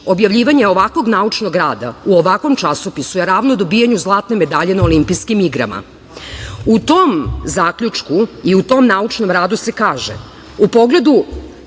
objavljivanje ovakvog naučnog rada u ovakvog časopisu je ravno dobijanju zlatne medalje na Olimpijskim igrama. U tom zaključku i u tom naučnom radu se kaže: "U pogledu